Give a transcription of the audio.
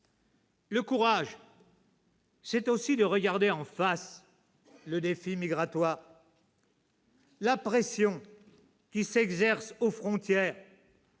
Le courage, c'est aussi de regarder en face le défi migratoire. « La pression qui s'exerce aux frontières,